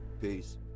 Peace